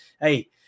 Hey